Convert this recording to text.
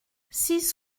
six